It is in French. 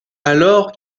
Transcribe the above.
alors